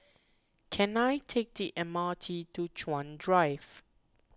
can I take the M R T to Chuan Drive